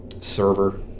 server